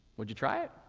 would you try it?